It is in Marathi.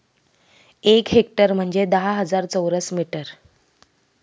एक हेक्टर म्हणजे दहा हजार चौरस मीटर